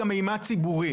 גם ממד ציבורי,